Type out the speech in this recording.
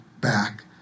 back